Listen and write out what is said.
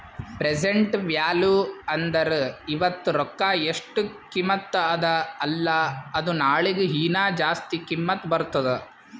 present value ಅಂದುರ್ ಇವತ್ತ ರೊಕ್ಕಾ ಎಸ್ಟ್ ಕಿಮತ್ತ ಅದ ಅಲ್ಲಾ ಅದು ನಾಳಿಗ ಹೀನಾ ಜಾಸ್ತಿ ಕಿಮ್ಮತ್ ಬರ್ತುದ್